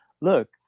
look